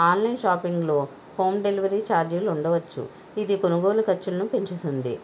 online షాపింగ్లో home delivery ఛార్జీలు ఉండవచ్చు ఇది కొనుగోలు ఖర్చులను పెంచుతుంది